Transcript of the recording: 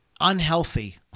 Unhealthy